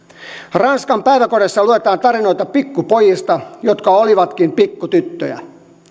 ranskan päiväkodeissa luetaan tarinoita pikkupojista jotka olivatkin pikkutyttöjä